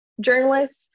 journalists